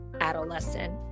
adolescent